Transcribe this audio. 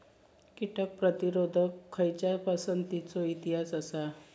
कीटक प्रतिरोधक खयच्या पसंतीचो इतिहास आसा?